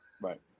Right